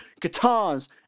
guitars